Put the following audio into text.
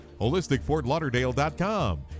HolisticFortLauderdale.com